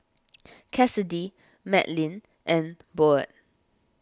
Cassidy Madlyn and Boyd